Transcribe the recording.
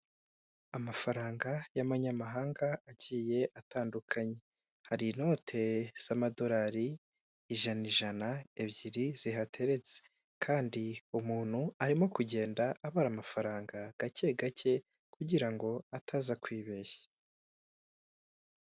Amafaranga y'amanyamahanga agiye atandukanye, hari inote z'amadolari ijana ijana ebyiri zihateretse, kandi umuntu arimo kugenda abara amafaranga gake gake kugira ngo ataza kwibeshya.